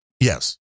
Yes